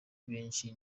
benshi